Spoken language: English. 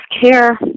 care